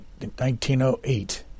1908